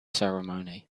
ceremony